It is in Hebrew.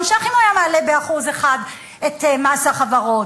ש"ח אם הוא היה מעלה ב-1% את מס החברות.